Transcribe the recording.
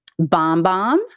BombBomb